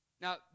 Now